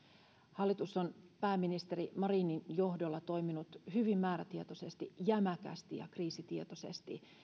hallitus on pääministeri marinin johdolla toiminut hyvin määrätietoisesti jämäkästi ja kriisitietoisesti